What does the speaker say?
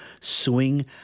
suing